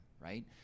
right